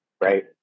Right